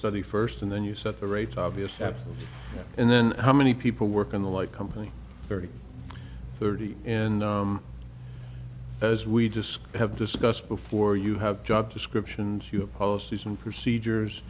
study first and then you set the rate obvious that and then how many people work in the like company thirty thirty in as we just have discussed before you have job descriptions you have policies and procedures